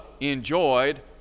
enjoyed